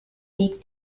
wiegt